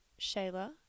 Shayla